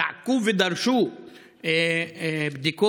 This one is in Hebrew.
זעקו ודרשו בדיקות,